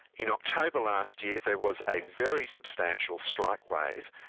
in october last year there was a very substantial strike wave,